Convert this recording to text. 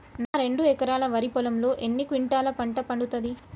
నా రెండు ఎకరాల వరి పొలంలో ఎన్ని క్వింటాలా పంట పండుతది?